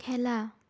খেলা